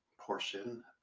portion